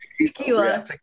tequila